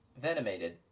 venomated